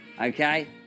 Okay